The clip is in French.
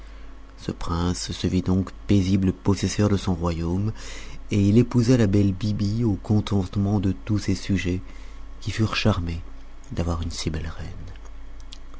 ce prince se vit donc paisible possesseur de son royaume et il épousa la belle biby au contentement de tous ses sujets qui furent charmés d'avoir une si belle reine